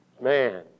Man